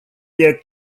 your